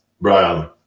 Brian